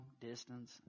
distance